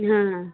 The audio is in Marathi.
हां हां